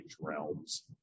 realms